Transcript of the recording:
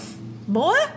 Boy